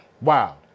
Wow